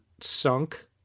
sunk